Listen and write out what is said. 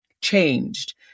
changed